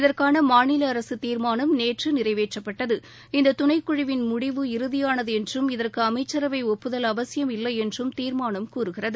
இதற்கான மாநில அரசு தீர்மானம் நேற்று நிறைவேற்றப்பட்டது இந்த துணைக் குழுவின் முடிவு இறுதியானது என்றும் இதற்கு அமைச்சரவை ஒப்புதல் அவசியம் இல்லை என்று தீர்மானம் கூறுகிறது